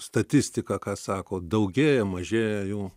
statistika ką sako daugėja mažėja jų